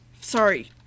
Sorry